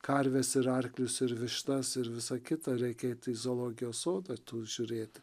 karves ir arklius ir vištas ir visa kita reikia eit į zoologijos sodą tų žiūrėt